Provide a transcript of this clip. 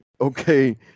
okay